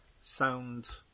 sound